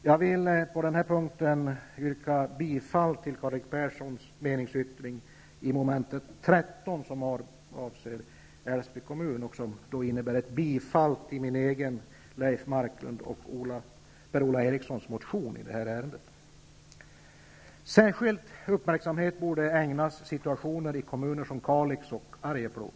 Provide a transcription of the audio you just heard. Jag vill på denna punkt yrka bifall till Karl-Erik Perssons meningsyttring avseende moment 13, som gäller Älvsbyns kommun, vilket innebär ett bifall till Leif Marklunds, Per-Ola Erikssons och min motion i detta ärende. Särskild uppmärksamhet borde ägnas situationen i kommuner som Kalix och Arjeplog.